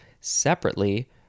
separately